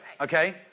okay